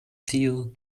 tiu